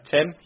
Tim